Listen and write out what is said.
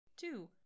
Two